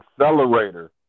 accelerator